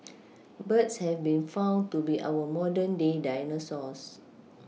birds have been found to be our modern day dinosaurs